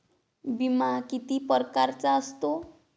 बिमा किती परकारचा असतो?